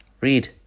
Read